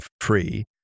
free